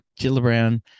gillibrand